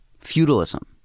feudalism